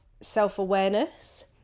self-awareness